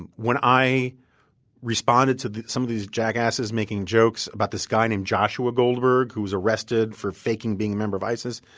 um when i responded to some of these jackasses making jokes about this guy named joshua goldberg who was arrested for faking being a member of isis,